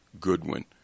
Goodwin